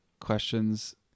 questions